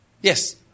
Yes